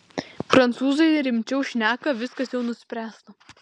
prancūzai rimčiau šneka viskas jau nuspręsta